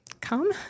come